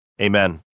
Amen